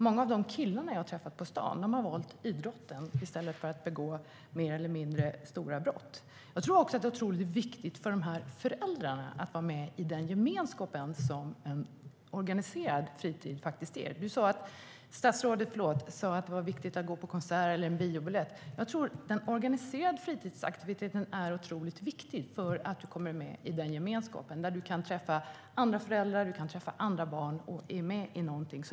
Många av de killar jag har träffat på stan har valt idrotten i stället för att begå mer eller mindre grova brott. Jag tror också att det är otroligt viktigt för de här föräldrarna att vara med i den gemenskap en organiserad fritid faktiskt innebär. Statsrådet sa att det var viktigt att gå på konsert eller bio, men jag tror att den organiserade fritidsaktiviteten är otroligt viktig. Du kommer nämligen med i en gemenskap där du kan träffa andra föräldrar och andra barn - där du är med i någonting.